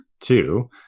two